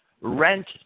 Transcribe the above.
rent